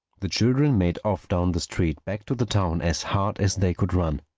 the children made off down the street back to the town as hard as they could run.